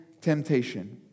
temptation